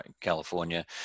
California